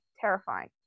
Terrifying